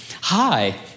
hi